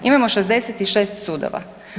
Imamo 66 sudova.